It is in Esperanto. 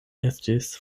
estis